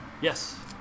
Yes